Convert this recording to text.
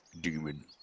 Demon